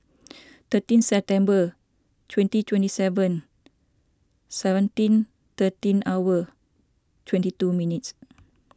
thirteen September twenty twenty seven seventeen thirteen hour twenty two minutes